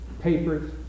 papers